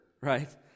right